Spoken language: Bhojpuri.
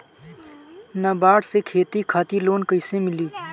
नाबार्ड से खेती खातिर लोन कइसे मिली?